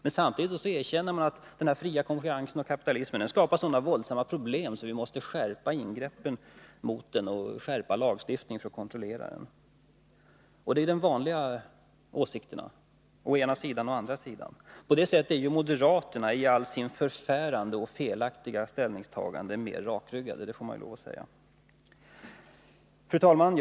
Men samtidigt erkänner man att den fria konkurrensen skapar sådana våldsamma problem att vi måste skärpa ingreppen mot den och skärpa lagstiftningen för att kontrollera den. Det är de vanliga åsikterna för och emot. På det sättet är moderaterna i allt sitt förfärande och felaktiga ställningstagande mer rakryggade, det får man lov att säga. Fru talman!